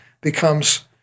becomes